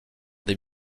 dans